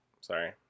Sorry